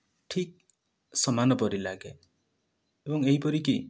ଠିକ୍ ସମାନ ପରି ଲାଗେ ଏବଂ ଏହିପରିକି